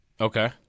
Okay